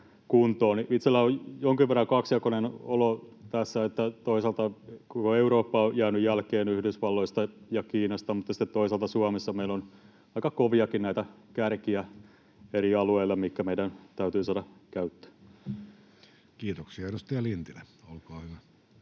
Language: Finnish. Itselläni on jonkin verran kaksijakoinen olo tässä. Toisaalta koko Eurooppa on jäänyt jälkeen Yhdysvalloista ja Kiinasta, mutta sitten toisaalta Suomessa meillä on eri alueilla aika koviakin kärkiä, mitkä meidän täytyy saada käyttöön. Kiitoksia. — Edustaja Lintilä, olkaa hyvä.